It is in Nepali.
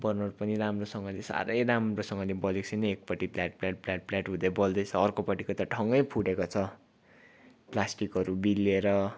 बर्नर पनि राम्रोसँगले साह्रै राम्रोसँगले बलेको छैन एकपट्टि प्लाट प्लाट प्लाट प्लाट हुँदै बल्दैछ अर्कोपट्टिको त ठङ्गै फुटेको छ प्लास्टिकहरू बिल्लेर